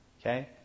okay